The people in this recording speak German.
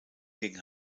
gegen